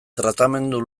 tratamendu